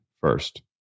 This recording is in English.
first